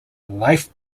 life